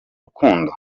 rukundo